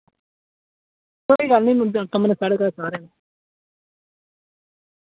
कोई गल्ल निं कमरे साढ़े कच्छ सारे न